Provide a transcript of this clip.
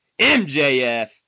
MJF